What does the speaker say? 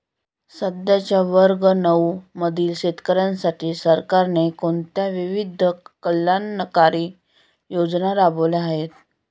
सध्याच्या वर्ग नऊ मधील शेतकऱ्यांसाठी सरकारने कोणत्या विविध कल्याणकारी योजना राबवल्या आहेत?